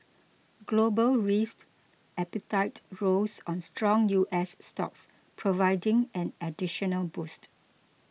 global risked appetite rose on strong U S stocks providing an additional boost